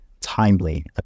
timely